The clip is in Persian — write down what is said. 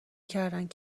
کردند